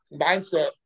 mindset